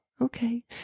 okay